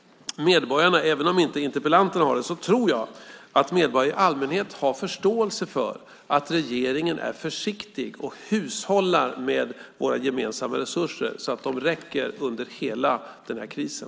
Även om inte interpellanten har det tror jag att medborgare i allmänhet har förståelse för att regeringen är försiktig och hushållar med våra gemensamma resurser så att de räcker under hela den här krisen.